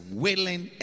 willing